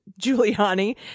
Giuliani